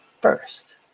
first